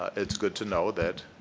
it's good to know that